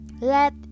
let